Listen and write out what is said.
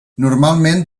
normalment